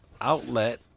outlet